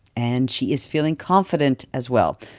and she is feeling confident as well.